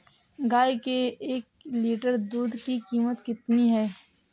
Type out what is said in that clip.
गाय के एक लीटर दूध की कीमत कितनी है?